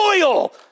oil